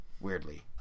Weirdly